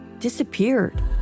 disappeared